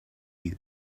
you